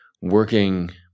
working